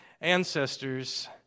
ancestors